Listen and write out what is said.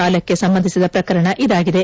ಸಾಲಕ್ಕೆ ಸಂಬಂಧಿಸಿದ ಪ್ರಕರಣ ಇದಾಗಿದೆ